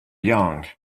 young